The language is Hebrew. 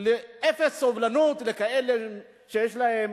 לגלות אפס סובלנות לכאלה שיש להם,